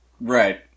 Right